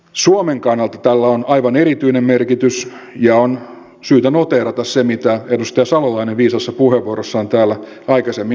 suomen kannalta tällä on aivan erityinen merkitys ja on syytä noteerata se mitä edustaja salolainen viisaassa puheenvuorossaan täällä aikaisemmin sanoi